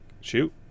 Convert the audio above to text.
Shoot